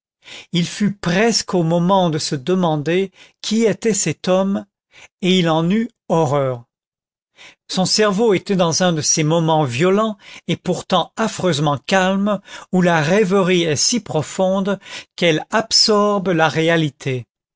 il fut presque au moment de se demander qui était cet homme et il en eut horreur son cerveau était dans un de ces moments violents et pourtant affreusement calmes où la rêverie est si profonde qu'elle absorbe la réalité